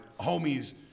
homies